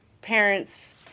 parents